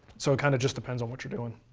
so, it kind of just depends on what you're doing.